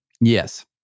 Yes